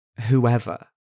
whoever